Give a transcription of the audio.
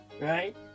right